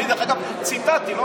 אני, דרך אגב, ציטטתי.